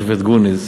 השופט גרוניס,